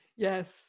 Yes